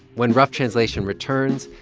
when rough tranlsation returns,